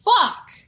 fuck